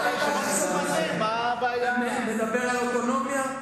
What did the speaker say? הוא מדבר על אוטונומיה.